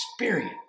experience